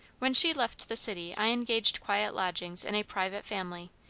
when she left the city i engaged quiet lodgings in a private family,